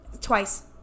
twice